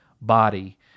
body